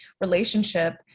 relationship